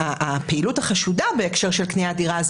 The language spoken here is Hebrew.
הפעילות החשודה בהקשר של קניית דירה היא